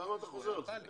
למה אתה חוזר על זה?